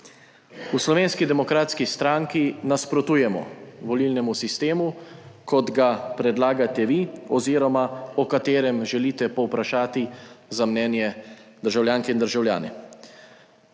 V Slovenski demokratski stranki nasprotujemo volilnemu sistemu kot ga predlagate vi oziroma o katerem želite povprašati za mnenje državljanke in državljane.